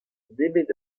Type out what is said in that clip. nemet